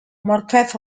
morpeth